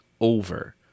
over